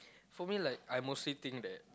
for me like I mostly think that